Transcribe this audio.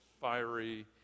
fiery